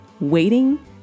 waiting